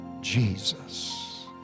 Jesus